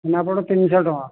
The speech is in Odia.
ଛେନାପୋଡ଼ ତିନିଶହ ଟଙ୍କା